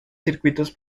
circuitos